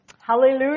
Hallelujah